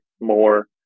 more